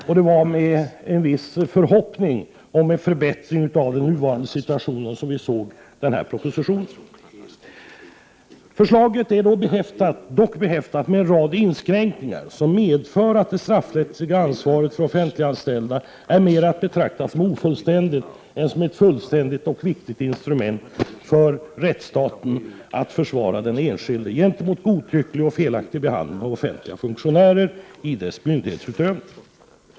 Vi hyste en viss förhoppning om att den nuvarande situationen skulle förbättras i och med denna proposition. Förslaget är dock behäftat med en rad inskränkningar som medför att det straffrättsliga ansvaret för offentliganställda är mer att betrakta som ofullständigt än ett fullständigt och viktigt instrument för rättsstaten i arbetet med att försvara den enskilde gentemot godtycklig och felaktig behandling av offentliga funktionärer i deras myndighetsutövning.